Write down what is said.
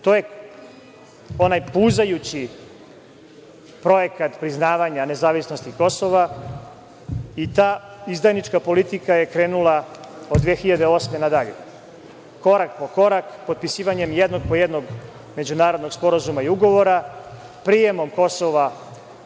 je onaj puzajući projekat priznavanja nezavisnosti Kosova i ta izdajnička politika je krenula od 2008. godine na dalje. Korak po korak, potpisivanjem jednog po jednog međunarodnog sporazuma i ugovora, prijemom Kosova